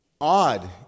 odd